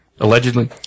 allegedly